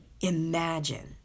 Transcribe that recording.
Imagine